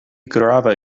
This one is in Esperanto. grave